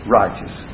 righteous